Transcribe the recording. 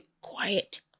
quiet